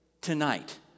tonight